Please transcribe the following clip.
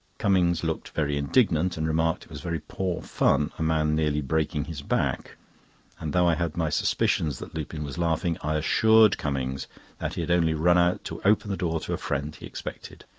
cummings looked very indignant, and remarked it was very poor fun a man nearly breaking his back and though i had my suspicions that lupin was laughing, i assured cummings that he had only run out to open the door to a friend he expected.